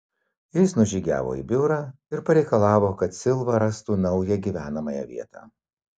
jis nužygiavo į biurą ir pareikalavo kad silva rastų naują gyvenamąją vietą